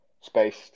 spaced